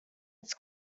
its